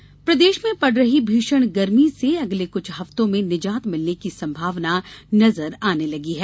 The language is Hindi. गर्मी प्रदेश में पड़ रही भीषण गर्मी से अगले कुछ हप्तों में निजात मिलने की संभावना नजर आने लगी है